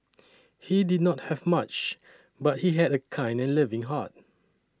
he did not have much but he had a kind and loving heart